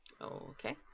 Okay